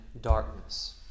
darkness